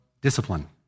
discipline